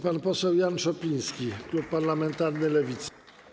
Pan poseł Jan Szopiński, klub parlamentarny Lewica.